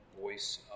voice